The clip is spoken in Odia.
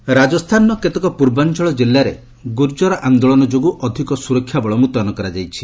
ଗୁର୍ଜର କମ୍ୟୁନିଟ୍ ରାଜସ୍ଥାନର କେତେକ ପୂର୍ବାଞ୍ଚଳ ଜିଲ୍ଲାରେ ଗୁର୍ଜର ଆନ୍ଦୋଳନ ଯୋଗୁ ଅଧିକ ସୁରକ୍ଷାବଳ ମୁତୟନ କରାଯାଇଛି